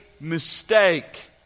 mistake